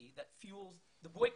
UN-Watch.